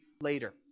later